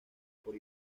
por